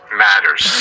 matters